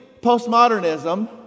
postmodernism